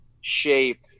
shape